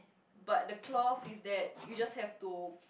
but the clause is that you just have to